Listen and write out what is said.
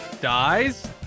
dies